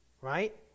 right